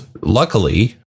luckily